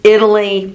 Italy